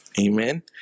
Amen